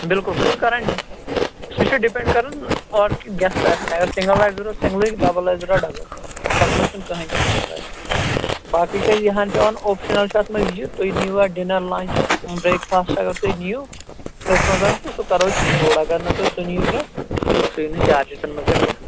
بلکل سُہ چھُ کَران سُہ چھُ ڈِپیٚنٛڈ کَران اور کِتھۍ گیٚسٹہٕ آسیٚن اگر سِنٛگٕل آسہِ ضروٗرت سِنٛگلٕے ڈَبٕل آسہِ ضروٗرت ڈَبٕل تَتھ منٛز چھُنہٕ کٕہٲنۍ تہِ مَسلہٕ اسہِ باقٕے چھِ اسہِ یِہان پیٚوان اوٚپشنَل چھُ اَتھ منٛز یہِ تُہۍ نِیِٖوا ڈِنَر لَنٛچ برٛیک فاسٹہٕ اگر تُہۍ نِیِو أتھۍ منٛز تہٕ سُہ کَرو أسۍ اِنکٕلوٗڈ اگر نہٕ تُہۍ سُہ نِیِو کیٚنٛہہ سُہ یی نہٕ چارجِزَن منٛز تیٚلہِ کیٚنٛہہ